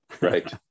Right